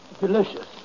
Delicious